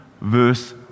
Verse